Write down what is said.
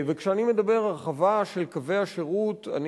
וכשאני מדבר על הרחבה של קווי השירות אני